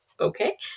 okay